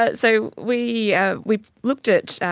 ah so we ah we looked at,